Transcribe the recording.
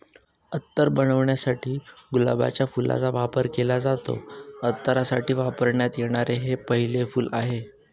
अत्तर बनवण्यासाठी गुलाबाच्या फुलाचा वापर केला जातो, अत्तरासाठी वापरण्यात येणारे हे पहिले फूल आहे